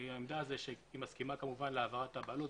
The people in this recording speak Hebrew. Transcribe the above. העמדה שהיא מסכימה להעברת הבעלות,